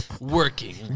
working